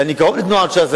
ואני קרוב לתנועת ש"ס,